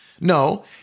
No